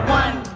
one